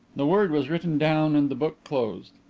the word was written down and the book closed.